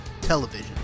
television